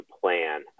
plan